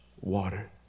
water